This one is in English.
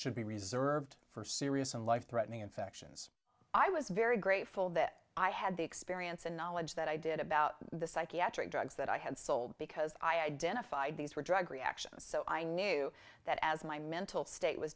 should be reserved for serious and life threatening infections i was very grateful that i had the experience and knowledge that i did about the psychiatric drugs that i had sold because i identified these were drug reactions so i knew that as my mental state was